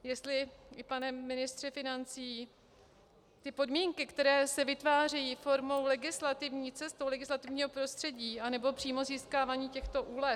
Jestli, pane ministře financí, ty podmínky, které se vytvářejí formou legislativní cestou, legislativního prostředí anebo přímo získáváním těchto úlev na daních